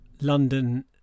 London